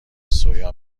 سویا